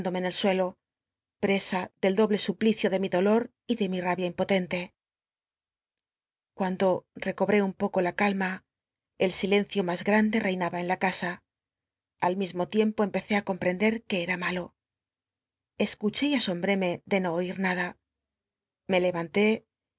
en el suelo presa le había dejado c y de mi abia impo lel doble suplicio de mi dllloc lente cuando recobré un poco la calma el silencio mas gaandc reinaba en la casn al mismo tiempo cjne ea malo escuché y empecé i comprend ec nada me le